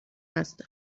است